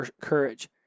courage